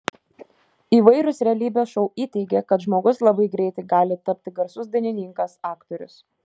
įvairūs realybės šou įteigė kad žmogus labai greitai gali tapti garsus dainininkas aktorius